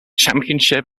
championship